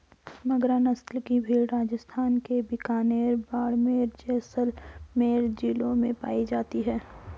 मगरा नस्ल की भेंड़ राजस्थान के बीकानेर, बाड़मेर, जैसलमेर जिलों में पाई जाती हैं